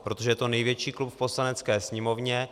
Protože je to největší klub v Poslanecké sněmovně.